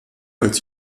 als